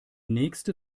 nächste